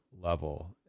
level